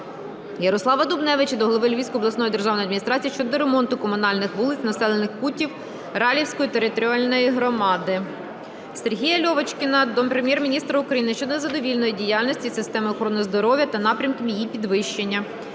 Ярослава Дубневича до голови Львівської обласної державної адміністрації щодо ремонту комунальних вулиць населених пунктів Ралівської територіальної громади. Сергія Льовочкіна до Прем'єр-міністра України щодо незадовільної діяльності системи охорони здоров'я та напрямів її підвищення.